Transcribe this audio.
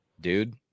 dude